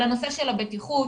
על הנושא של הבטיחות.